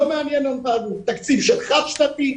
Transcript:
לא מעניין אותנו תקציב שהוא חד שנתי,